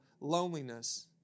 loneliness